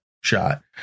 shot